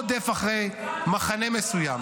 שאינו רודף אחרי מחנה מסוים